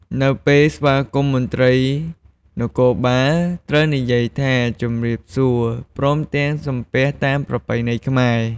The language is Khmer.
នៅពេលស្វាគមន៍មន្ត្រីនគរបាល ត្រូវនិយាយថា "ជម្រាបសួរ" ព្រមទាំងសំពះតាមប្រពៃណីខ្មែរ។